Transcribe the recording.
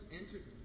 entered